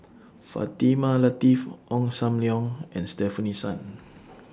Fatimah Lateef Ong SAM Leong and Stefanie Sun